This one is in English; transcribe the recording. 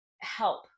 help